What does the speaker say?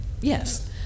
yes